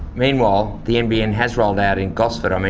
meanwhile the nbn has rolled out in gosford, um